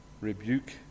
rebuke